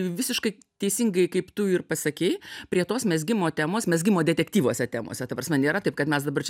visiškai teisingai kaip tu ir pasakei prie tos mezgimo temos mezgimo detektyvuose temose ta prasme nėra taip kad mes dabar čia